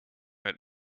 met